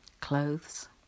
clothes